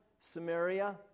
Samaria